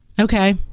Okay